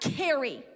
carry